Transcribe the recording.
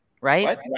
right